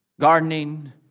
gardening